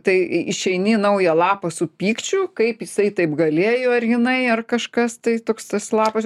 tai išeini į naują lapą su pykčiu kaip jisai taip galėjo ar jinai ar kažkas tai toks tas lapas